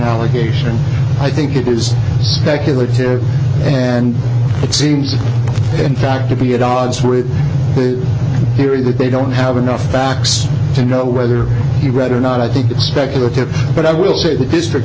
allegation i think it is speculative and it seems in fact to be at odds with the theory that they don't have enough facts to know whether he read or not i think it's speculative but i will say the district